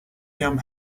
him